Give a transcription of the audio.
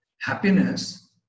happiness